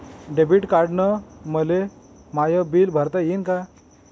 Debit कार्डानं मले माय बिल भरता येईन का?